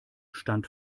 stand